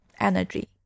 energy